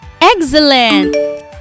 Excellent